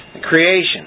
creation